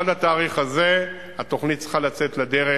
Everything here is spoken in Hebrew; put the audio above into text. עד התאריך הזה התוכנית צריכה לצאת לדרך.